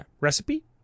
recipe